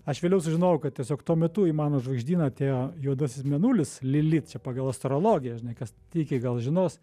aš vėliau sužinojau kad tiesiog tuo metu į mano žvaigždyną atėjo juodasis mėnulis lilit čia pagal astrologiją žinai kas tiki gal žinos